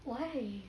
why